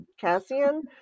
Cassian